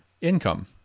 income